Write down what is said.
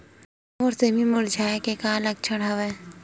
मोर सेमी मुरझाये के का लक्षण हवय?